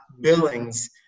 billings